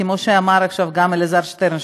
כמו שאמר עכשיו גם אלעזר שטרן,